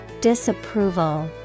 disapproval